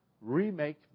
Remake